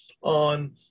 on